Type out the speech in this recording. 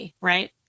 right